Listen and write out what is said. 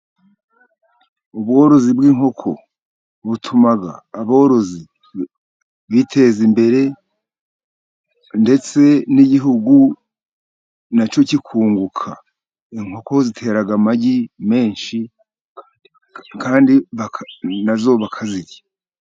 Ubworozi bw'inkoko butuma aborozi biteza imbere, ndetse n'igihugu na cyo kikunguka. inkoko zitera amagi menshi kandi na zo ubwa zo bakazirya.